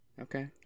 Okay